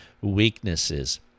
weaknesses